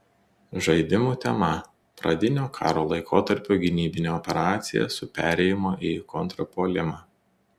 žaidimų tema pradinio karo laikotarpio gynybinė operacija su perėjimu į kontrpuolimą